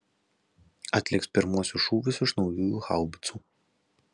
atliks pirmuosius šūvius iš naujųjų haubicų